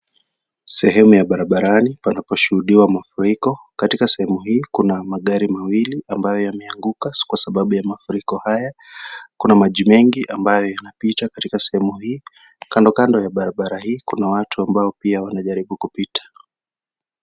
Sehemu ya barabarani, panaposhuhudiwa mafuriko. Katika sehemu hii, kuna magari mawili ambayo yameanguka kwa sababu ya mafuriko haya. Kuna maji mengi ambayo yanapita katika sehemu hii. Kando kando ya barabara hii, kuna watu ambao pia wanajaribu kupita.